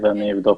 אני אבדוק.